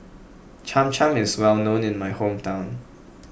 Cham Cham is well known in my hometown